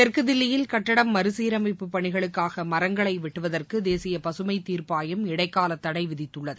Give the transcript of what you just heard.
தெற்கு தில்லியில் கட்டடம் மறுசீரமைப்பு பணிகளுக்காக மரங்களை வெட்டுவதற்கு தேசிய பசுமை தீர்ப்பாயம் இடைக்கால தடை விதித்துள்ளது